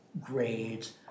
grades